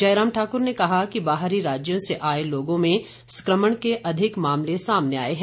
जयराम ठाकुर ने कहा कि बाहरी राज्यों से आए लोगों में संक्रमण के अधिक मामले सामने आए हैं